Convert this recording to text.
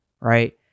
right